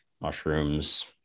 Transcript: mushrooms